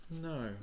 No